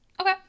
Okay